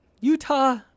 Utah